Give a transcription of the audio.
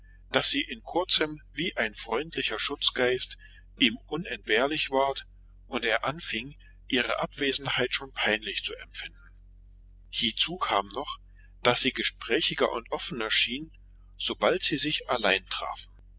daß sie in kurzem wie ein freundlicher schutzgeist ihm unentbehrlich ward und er anfing ihre abwesenheit schon peinlich zu empfinden hiezu kam noch daß sie gesprächiger und offener schien sobald sie sich allein trafen